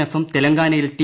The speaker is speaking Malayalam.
എഫും തെലങ്കാനയിൽ ടി